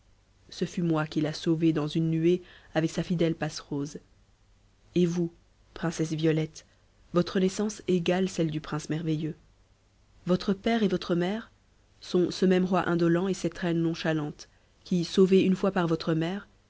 ce fut moi qui la sauvai dans une nuée avec sa fidèle passerose et vous princesse violette votre naissance égale celle du prince merveilleux votre père et votre mère sont ce même roi indolent et cette reine nonchalante qui sauvés une fois par votre mère